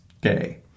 gay